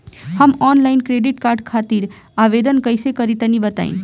हम online credit card खातिर आवेदन कइसे करि तनि बताई?